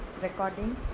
recording